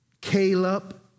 Caleb